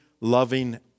loving